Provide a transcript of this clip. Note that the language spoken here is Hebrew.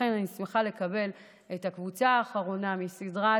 לכן אני שמחה לקבל את הקבוצה האחרונה בסדרת